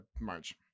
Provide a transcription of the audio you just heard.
march